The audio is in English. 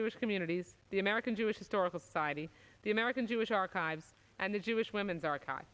jewish communities the american jewish historical society the american jewish archives and the jewish women's archives